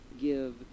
Give